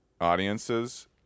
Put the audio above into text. audiences